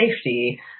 safety